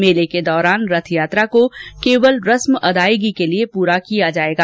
मेले के दौरान रथ यात्रा को केवल रस्म अदायगी के लिए पूरा किया जाएगा